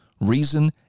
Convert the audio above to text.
reason